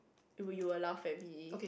will you will laugh at me